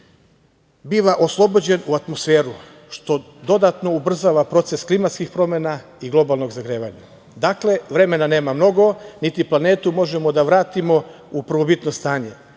biva oslobođen u atmosferu, što dodatno ubrzava proces klimatskih promena i globalnog zagrevanja. Dakle, vremena nema mnogo, niti planetu možemo da vratimo u prvobitno stanje,